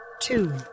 two